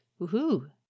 Woohoo